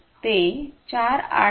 4 ते 2